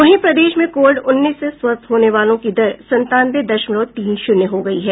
वहीं प्रदेश में कोविड उन्नीस से स्वस्थ होने वालों की दर संतानवे दशमलव तीन शुन्य हो गयी है